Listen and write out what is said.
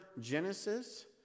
Genesis